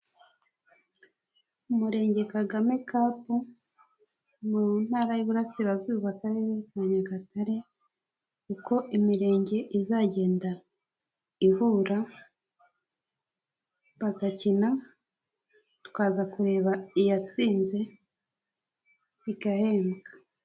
Umurenge Kagame Cup mu ntara y'Iburasirazuba Akarere ka Nyagatare, uko imirenge izagenda ihura bagakina tukaza kureba iyatsinze igahembwa.